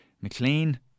McLean